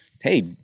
hey